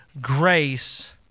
grace